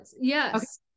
Yes